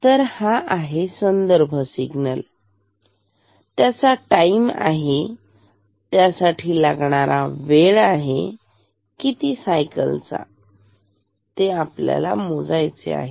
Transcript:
तर हा आहे संदर्भ सिग्नल त्याचा टाईम आहे आणि त्यासाठी ह्या वेळेसाठी किती सायकल्स आहेत ते आपल्याला मोजायचे आहे